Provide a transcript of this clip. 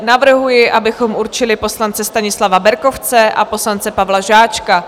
Navrhuji, abychom určili poslance Stanislava Berkovce a poslance Pavla Žáčka.